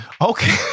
Okay